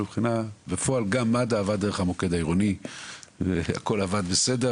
אבל בפועל גם מד"א עבד דרך המוקד העירוני והכל עבד בסדר,